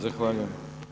Zahvaljujem.